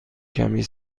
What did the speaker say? کمی